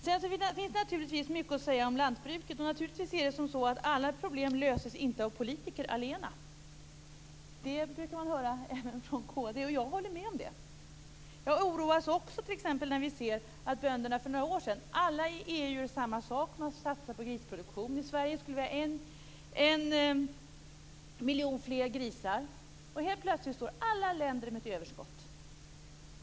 Det finns naturligtvis mycket att säga om lantbruket, och naturligtvis är det så att alla problem inte löses av politiker allena. Det brukar man höra även från kd, och jag håller med om det. Jag oroas också t.ex. när man ser att alla bönder i EU gör samma sak. För några år sedan satsade man på grisproduktion. I Sverige skulle vi ha en miljon fler grisar. Och helt plötsligt står alla länder med ett överskott.